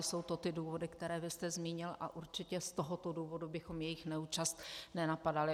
Jsou to ty důvody, které vy jste zmínil, a určitě z tohoto důvodu bychom jejich neúčast nenapadali.